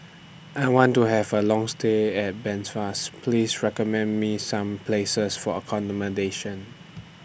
I want to Have A Long stay At Belfast Please recommend Me Some Places For accommodation